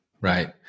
Right